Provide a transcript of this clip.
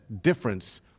difference